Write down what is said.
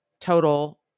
total